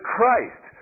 Christ